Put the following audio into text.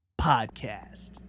Podcast